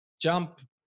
jump